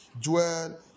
Joel